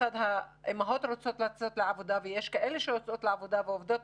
האימהות רוצות לצאת לעבודה ויש כאלה שיוצאות ועובדות